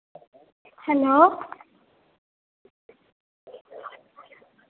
hello